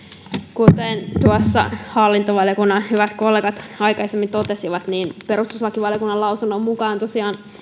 kuten tuossa hallintovaliokunnan hyvät kollegat aikaisemmin totesivat perustuslakivaliokunnan lausunnon mukaan tosiaan